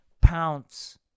pounce